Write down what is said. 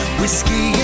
whiskey